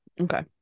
okay